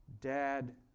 Dad